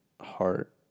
heart